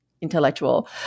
intellectual